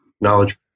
knowledge